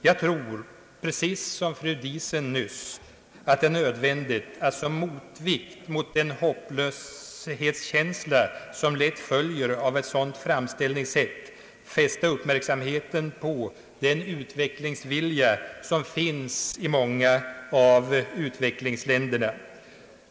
Jag tror, precis som fru Diesen nyss, att det är nödvändigt att som motvikt mot den hopplöshetskänsla som lätt följer av ett sådant framställningssätt fästa uppmärksamheten på den utvecklingsvilja som finns i många utvecklingsländer.